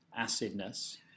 acidness